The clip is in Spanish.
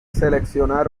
seleccionar